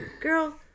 girl